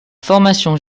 formation